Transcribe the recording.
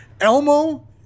Elmo